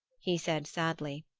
he said sadly.